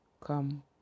come